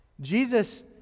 Jesus